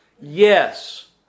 Yes